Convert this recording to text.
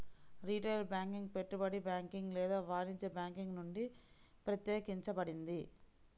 retail banking పెట్టుబడి banking లేదా వాణిజ్య బ్యాంకింగ్ నుండి ప్రత్యేకించబడింది